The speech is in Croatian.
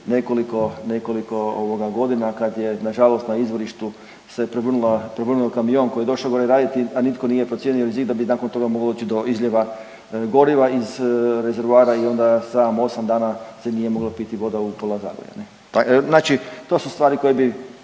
prije nekoliko godina kad je nažalost na izvorištu se prevrnula, se prevrnuo kamion koji je došao gore raditi, a nitko nije procijenio rizik da bi nakon toga moglo doći do izlijeva goriva iz rezervoara i onda 7-8 dana se nije mogla piti voda u …/Govornik se ne razumije./… Znači to su stvari koje bi